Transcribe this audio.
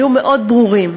היו מאוד ברורים,